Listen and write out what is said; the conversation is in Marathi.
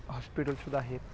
हॉस्पिटलसुद्धा आहेत